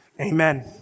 Amen